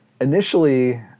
initially